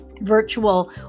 virtual